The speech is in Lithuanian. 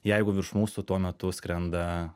jeigu virš mūsų tuo metu skrenda